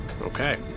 Okay